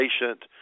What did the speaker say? patient